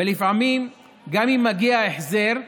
ולפעמים גם אם מגיע החזר,